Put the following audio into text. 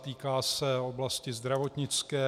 Týká se oblasti zdravotnické.